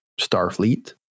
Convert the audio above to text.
Starfleet